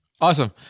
Awesome